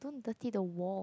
don't dirty the wall